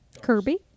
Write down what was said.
Kirby